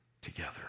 together